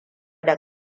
da